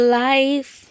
life